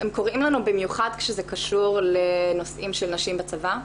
הם קוראים לנו במיוחד כשזה קשור לנושאים של נשים בצבא.